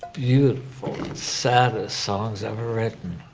you know saddest songs ever written.